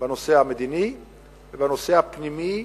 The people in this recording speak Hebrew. בנושא המדיני ובנושא הפנימי,